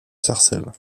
sarcelles